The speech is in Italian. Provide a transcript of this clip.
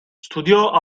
studiò